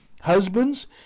Husbands